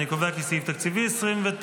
אני קובע כי סעיף תקציבי 29,